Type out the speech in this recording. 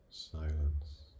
silence